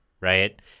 right